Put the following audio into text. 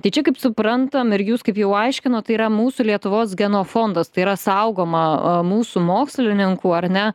tai čia kaip suprantam ir jūs kaip jau aiškinot tai yra mūsų lietuvos genofondas tai yra saugoma a mūsų mokslininkų ar ne